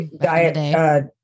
diet